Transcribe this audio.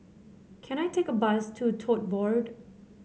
can I take a bus to Tote Board